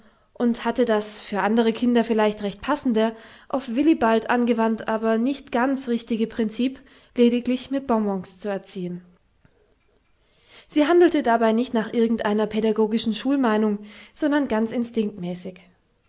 und hatte das für andere kinder vielleicht recht passende auf willibald angewandt aber nicht ganz richtige prinzip lediglich mit bonbons zu erziehen sie handelte dabei nicht nach irgend einer pädagogischen schulmeinung sondern ganz